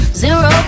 zero